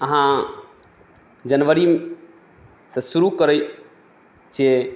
अहाँ जनवरी से शुरू करै छियै